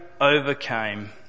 overcame